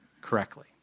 correctly